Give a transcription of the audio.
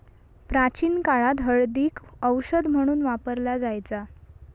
प्राचीन काळात हळदीक औषध म्हणून वापरला जायचा